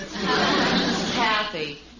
Kathy